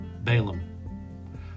Balaam